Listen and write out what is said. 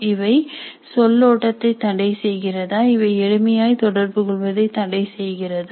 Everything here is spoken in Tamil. இவை சொல் ஓட்டத்தை தடை செய்கிறதா இவை எளிமையாய் தொடர்பு கொள்வதை தடை செய்கிறதா